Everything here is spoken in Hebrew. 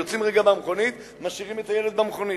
יוצאים רגע מהמכונית ומשאירים את הילד במכונית.